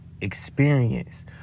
experience